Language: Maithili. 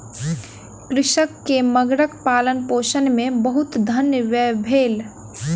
कृषक के मगरक पालनपोषण मे बहुत धन व्यय भेल